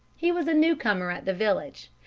he was a newcomer at the village,